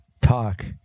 talk